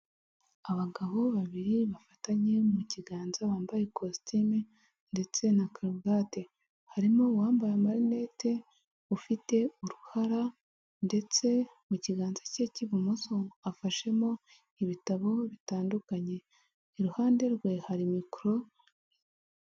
Abagabo babiri bafatanye mu kiganza bambaye ikositimu ndetse na karuvate harimo uwambaye amarinete ufite uruhara ndetse mu kiganza cye cy'ibumoso afashemo ibitabo bitandukanye iruhande rwe hari mikoro.